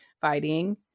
fighting